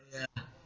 ya